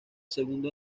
segundo